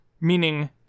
meaning